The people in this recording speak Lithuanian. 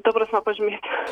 ta prasme pažymėti